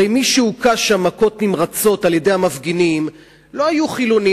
הרי מי שהוכה שם מכות נמרצות על-ידי המפגינים לא היו חילונים,